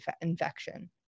infection